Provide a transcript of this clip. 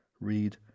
Read